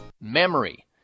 Memory